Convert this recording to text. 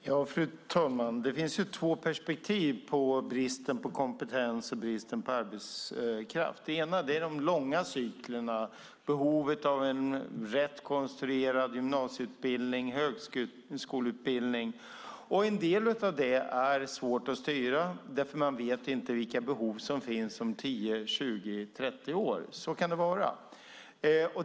Fru talman! Det finns två perspektiv på bristen på kompetens och bristen på arbetskraft. Det ena är de långa cyklerna, behovet av en rätt konstruerad gymnasieutbildning och högskoleutbildning. Den delen är svår att styra, för man vet inte vilka behov som finns om tio, tjugo eller trettio år. Så kan det vara.